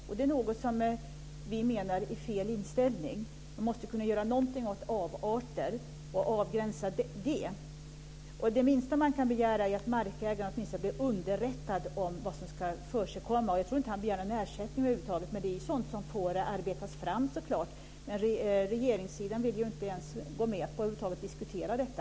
Och det är något som vi menar är fel inställning. Man måste kunna göra något åt avarter och avgränsa detta. Det minsta man kan begära är att markägaren åtminstone blir underrättad om vad som ska ske. Och jag tror inte att han begär någon ersättning över huvud taget, men det är ju sådant som naturligtvis får arbetas fram. Men regeringssidan vill ju inte ens gå med på att diskutera detta.